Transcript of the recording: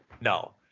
No